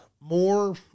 more